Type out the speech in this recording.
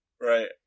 Right